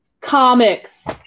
comics